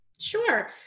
Sure